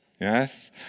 Yes